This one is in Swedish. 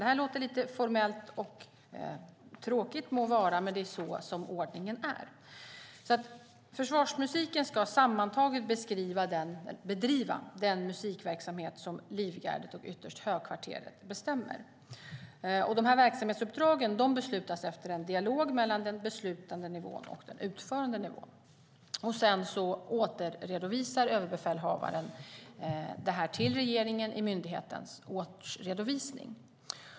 Det må låta lite formellt och tråkigt, men det är så som ordningen är. Försvarsmusiken ska sammantaget bedriva den musikverksamhet som Livgardet och ytterst Högkvarteret bestämmer. Verksamhetsuppdragen beslutas efter en dialog mellan den beslutande och den utförande nivån. Sedan återredovisar överbefälhavaren det här till regeringen i myndighetens årsredovisning.